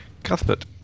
Cuthbert